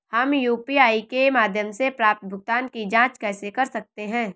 हम यू.पी.आई के माध्यम से प्राप्त भुगतान की जॉंच कैसे कर सकते हैं?